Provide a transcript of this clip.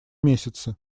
месяце